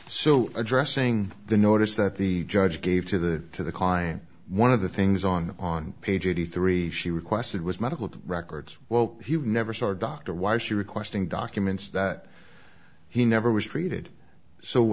so addressing the notice that the judge gave to the client one of the things on the on page eighty three she requested was medical records well if you never saw a doctor why is she requesting documents that he never was treated so